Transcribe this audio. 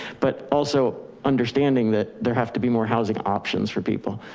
but also understanding that there have to be more housing options for people.